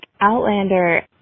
Outlander